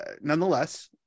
nonetheless